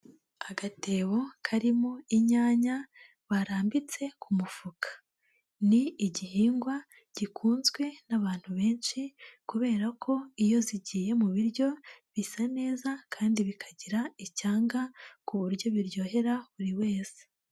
Agatebo karimo inyanya barambitse ku mufuka, ni igihingwa gikunzwe n'abantu benshi kubera ko iyo zigiye mu biryo bisa neza kandi bikagira icyanga ku buryo biryohera buri wese.